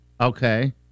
Okay